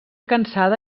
cansada